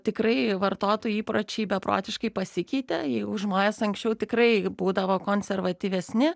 tikrai vartotojų įpročiai beprotiškai pasikeitė jeigu žmonės anksčiau tikrai būdavo konservatyvesni